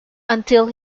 until